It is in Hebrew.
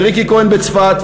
וריקי כהן בצפת,